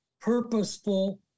purposeful